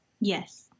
Yes